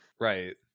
right